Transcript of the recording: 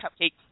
cupcake